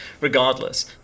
regardless